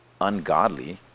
ungodly